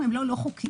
הם לא לא-חוקיים,